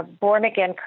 born-again